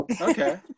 Okay